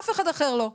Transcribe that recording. אף אחד אחר לא.